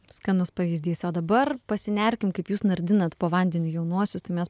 skanus pavyzdys o dabar pasinerkim kaip jūs nardinant po vandeniu jaunuosius mes